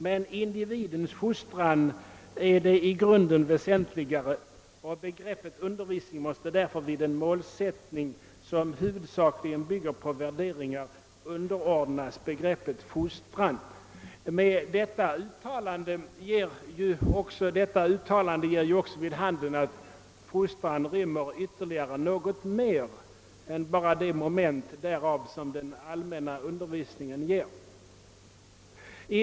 Men individens fostran är det i grunden väsentligare, och begreppet undervisning måste därför vid en målsättning, som huvudsakligen bygger på värderingar, underordnas begreppet fostran.» Detta uttalande ger också vid handen att begreppet fostran rymmer ytterligare något mer än det moment därav som den allmänna undervisningen ger.